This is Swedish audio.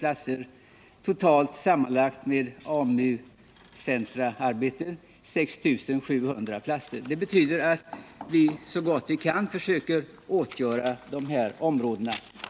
dem som sysselsätts vid AMU-centra m.m. berörs i detta sammanhang ca 6 700 ungdomar. Det betyder att vi så gott vi kan försöker åtgärda de här områdena.